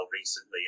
recently